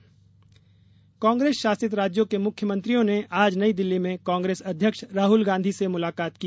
राहुल गांधी कांग्रेस शासित राज्यों के मुख्यमंत्रियों ने आज नई दिल्ली में कांग्रेस अध्यक्ष राहुल गांधी से मुलाकात की